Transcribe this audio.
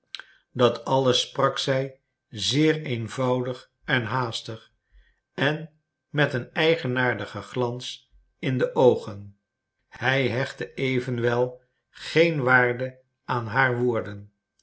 dat alles sprak zij zeer eenvoudig en haastig en met een eigenaardigen glans in de oogen hij hechtte evenwel geen waarde aan haar woorden